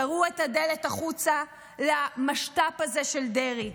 תראו את הדלת החוצה למשת"פ הזה של דרעי,